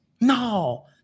no